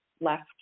left